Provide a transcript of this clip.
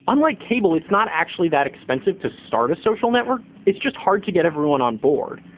unlike cable, it's not actually that expensive to start a social network, it's just hard to get everyone on board.